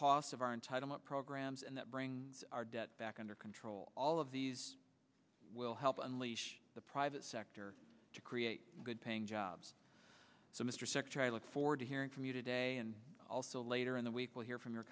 costs of our entitlement programs and that brings our debt back under control all of these will help unleash the private sector to create good paying jobs so mr secretary i look forward to hearing from you today and also later in the week will hear from your